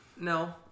No